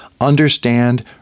understand